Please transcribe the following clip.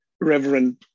reverend